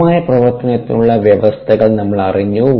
സ്ഥിരമായ പ്രവർത്തനത്തിനുള്ള വ്യവസ്ഥകൾ നമ്മൾ അറിഞ്ഞു